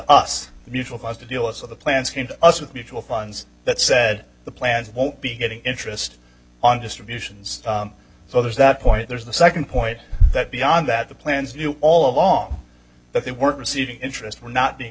us mutual funds to deal with so the plans came to us with mutual funds that said the plans won't be getting interest on distributions so there's that point there's the second point that beyond that the plans you all along that they weren't receiving interest were not being